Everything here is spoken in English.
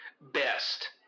best